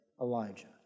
Elijah